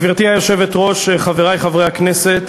גברתי היושבת-ראש, חברי חברי הכנסת,